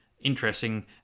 interesting